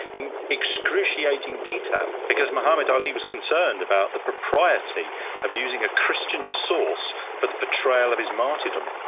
in excruciating detail, because muhammad ali was concerned about the propriety of using a christian source for the portrayal of his martyrdom.